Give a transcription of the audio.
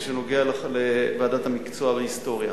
שקשור לוועדת המקצוע בהיסטוריה.